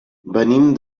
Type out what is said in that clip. venim